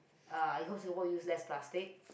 uh I hope Singapore use less plastic